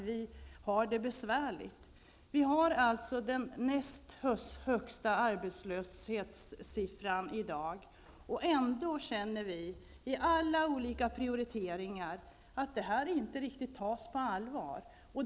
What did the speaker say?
Vi har alltså den näst högsta arbetslöshetssiffran i dag, och ändå känner vi i samband med olika prioriteringar att detta inte riktigt tas på allvar.